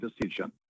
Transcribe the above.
decision